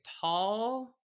tall